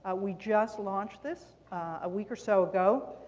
we just launched this a week or so ago.